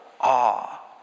awe